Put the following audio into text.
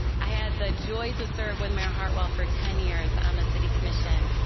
i had the joy to serve with mayor heartwell for ten years on the city commission,